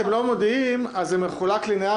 בשבוע הבא יש גם לא יודעים זה עם הממשלה.